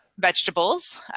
vegetables